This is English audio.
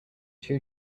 two